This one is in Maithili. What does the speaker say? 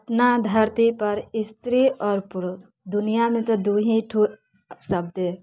अपना धरती पर स्त्री आओर पुरुष दुनियामे तऽ दू ही ठो शब्द अइ